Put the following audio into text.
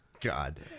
god